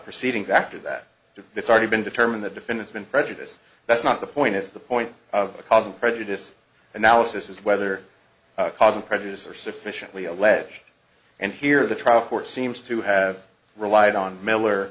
proceedings after that to this already been determined the defendant's been prejudice that's not the point is the point of causing prejudice analysis is whether causing prejudice are sufficiently alleged and here the trial court seems to have relied on miller